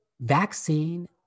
vaccine